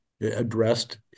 addressed